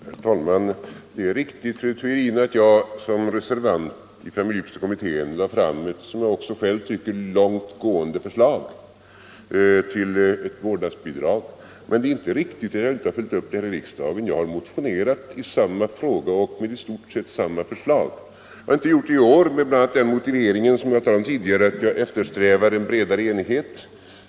Herr talman! Det är riktigt, fru Theorin, att jag som reservant i familjepolitiska kommittén lade fram ett, som jag också själv tycker, långt gående förslag till vårdnadsbidrag. Men det är inte riktigt att jag inte har följt upp det här i riksdagen. Jag har motionerat i samma fråga och med i stort sett samma förslag. I år har jag inte gjort det, bl.a. med den motiveringen, som jag talade om tidigare, att jag eftersträvar en bredare enighet.